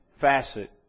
facet